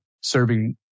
serving